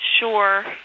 sure